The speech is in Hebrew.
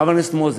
וחבר הכנסת מוזס,